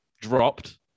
dropped